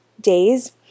days